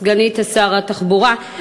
סגנית שר התחבורה,